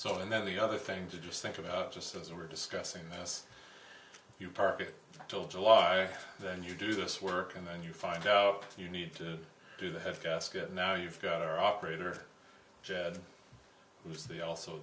so and then the other thing to do is think about just as we were discussing this you park it till july then you do this work and then you find out you need to do the head gasket now you've got our operator jed who's the also